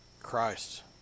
Christ